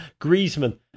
Griezmann